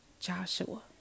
Joshua